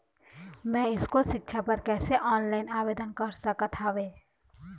मैं स्कूल सिक्छा बर कैसे ऑनलाइन आवेदन कर सकत हावे?